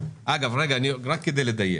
כדי לדייק.